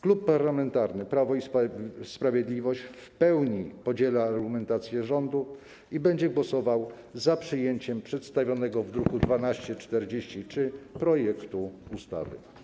Klub Parlamentarny Prawo i Sprawiedliwość w pełni podziela argumentację rządu i będzie głosował za przyjęciem przedstawionego w druku nr 1243 projektu ustawy.